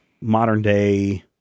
modern-day